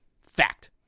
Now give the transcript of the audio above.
Fact